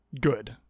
good